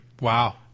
Wow